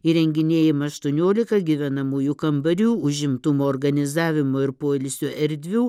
įrenginėjama aštuoniolika gyvenamųjų kambarių užimtumo organizavimo ir poilsio erdvių